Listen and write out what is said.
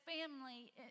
family